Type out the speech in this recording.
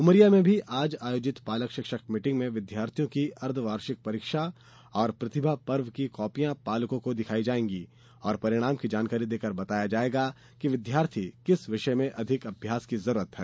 उमरिया में भी आज आयोजित पालक शिक्षक मीटिंग में विद्यार्थियों की अर्द्ववार्षिक परीक्षा और प्रतिभा पर्व की कापियां पालकों को दिखाई जायेंगी और परिणाम की जानकारी देकर बताया जायेगा कि विद्यार्थी को किस विषय में अधिक अभ्यास की आवश्यकता है